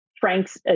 frank's